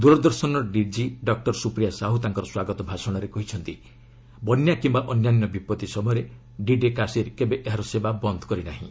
Doordarshan DG doctor Supriya Sahu ତାଙ୍କର ସ୍ୱାଗତ ଭାଷଣରେ କହିଛନ୍ତି ବନ୍ୟା କିମ୍ବା ଅନ୍ୟାନ୍ୟ ବିପତ୍ତି ସମୟରେ ଡିଡି କାଶୀର୍ କେବେ ଏହାର ସେବା ବନ୍ଦ କରିନାହିଁ